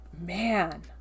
man